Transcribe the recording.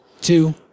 two